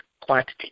quantity